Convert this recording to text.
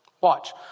Watch